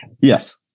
Yes